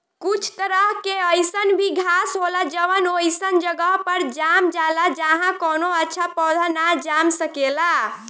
कुछ तरह के अईसन भी घास होला जवन ओइसन जगह पर जाम जाला जाहा कवनो अच्छा पौधा ना जाम सकेला